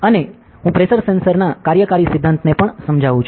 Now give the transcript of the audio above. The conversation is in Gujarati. અને પણ હું પ્રેશર સેન્સરના કાર્યકારી સિદ્ધાંતને સમજાવું છું